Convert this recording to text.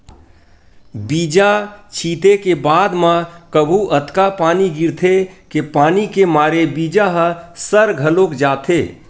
बीजा छिते के बाद म कभू अतका पानी गिरथे के पानी के मारे बीजा ह सर घलोक जाथे